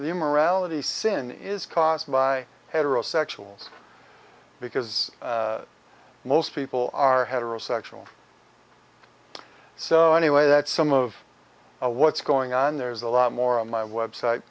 the immorality sin is caused by heterosexuals because most people are heterosexual so anyway that some of what's going on there's a lot more on my website